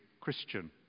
Christian